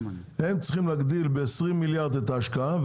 הם צריכים להגדיל ב-20 מיליארד את ההשקעה,